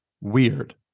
weird